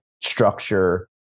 structure